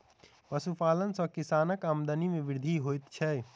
पशुपालन सॅ किसानक आमदनी मे वृद्धि होइत छै